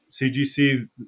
CGC